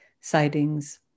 sightings